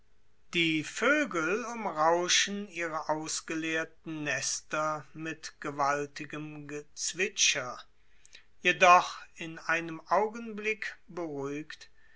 die vögel umrauschen ihre ausgeleerten nester mit gewaltigen gezwitscher jedoch in einem augenblick beruhigt